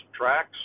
tracks